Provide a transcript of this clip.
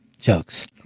jokes